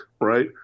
right